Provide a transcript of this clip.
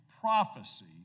prophecy